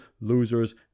losers